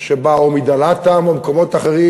שבאו מדלת העם וממקומות אחרים,